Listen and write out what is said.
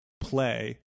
play